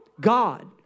God